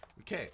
Okay